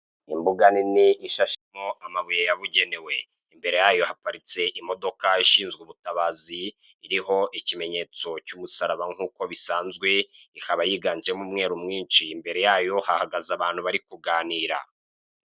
Imbuga nini ishashemo amabuye yabugenewe. Imbere yayo haparitse imodoka ishinzwe ubutabazi, iriho ikimenyetso cy'umusaraba nk'uko bisanzwe, ikaba yiganjemo umweru mwisnhi. Imbere yayo hahagaze abantu bari kuganira.